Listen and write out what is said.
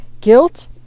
guilt